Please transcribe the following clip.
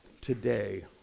today